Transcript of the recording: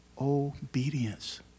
Obedience